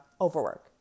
overwork